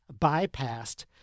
bypassed